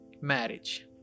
marriage